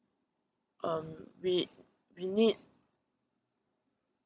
um we we need